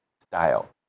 style